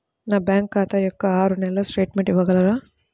నా బ్యాంకు ఖాతా యొక్క ఆరు నెలల స్టేట్మెంట్ ఇవ్వగలరా?